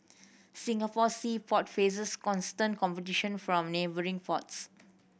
Singapore sea port faces constant competition from neighbouring ports